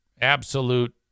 absolute